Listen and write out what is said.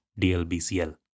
DLBCL